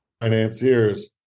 financiers